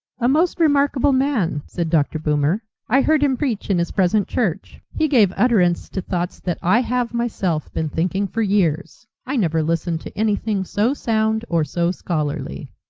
a most remarkable man, said dr. boomer. i heard him preach in his present church. he gave utterance to thoughts that i have myself been thinking for years. i never listened to anything so sound or so scholarly.